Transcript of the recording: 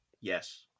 yes